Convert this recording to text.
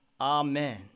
Amen